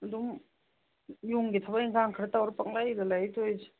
ꯑꯗꯨꯝ ꯌꯨꯝꯒꯤ ꯊꯕꯛ ꯏꯪꯒꯥꯡ ꯈꯔ ꯇꯧꯔ ꯄꯪꯂꯩꯗ ꯂꯩ ꯇꯧꯔꯤꯁꯦ